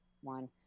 one